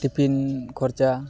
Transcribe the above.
tiffin ᱠᱷᱚᱨᱪᱟ